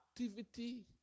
Activity